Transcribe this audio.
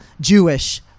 Jewish